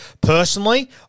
Personally